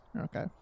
Okay